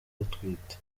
utwite